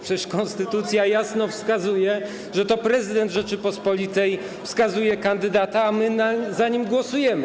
Przecież konstytucja jasno wskazuje, że to prezydent Rzeczypospolitej wskazuje kandydata, a my za nim głosujemy.